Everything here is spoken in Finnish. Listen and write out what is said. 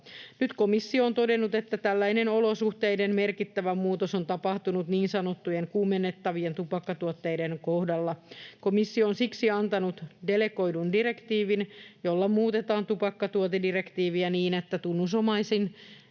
Nyt komissio on todennut, että tällainen olosuhteiden merkittävä muutos on tapahtunut niin sanottujen kuumennettavien tupakkatuotteiden kohdalla. Komissio on siksi antanut delegoidun direktiivin, jolla muutetaan tupakkatuote-direktiiviä niin, että tunnusomaisten